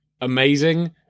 amazing